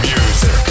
Music